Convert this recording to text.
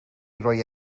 roi